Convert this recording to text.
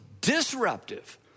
disruptive